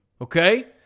okay